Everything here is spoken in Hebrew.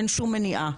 אין שום מניעה.